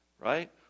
Right